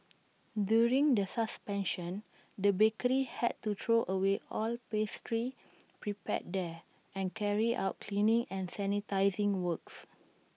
during the suspension the bakery had to throw away all pastries prepared there and carry out cleaning and sanitising works